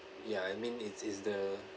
ya I mean it's it's the